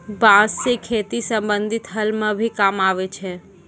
बांस सें खेती संबंधी हल म भी काम आवै छै